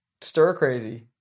stir-crazy